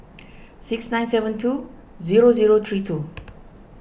six nine seven two zero zero three two